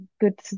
good